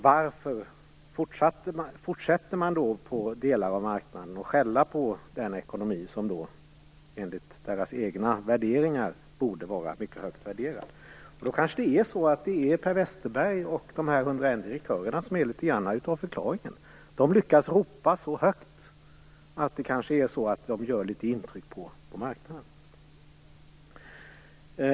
Varför fortsätter då delar av marknaden att skälla på den ekonomi som enligt deras egna värderingar borde vara mycket högt värderad? Kanske är det Per Westerberg och de 101 direktörerna som är förklaringen. De lyckas ropa så högt att de kanske gör litet intryck på marknaden.